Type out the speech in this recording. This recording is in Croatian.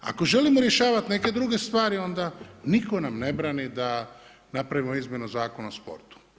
Ako želimo rješavati neke druge stvari onda niko nam ne brani da napravimo izmjenu Zakona o sportu.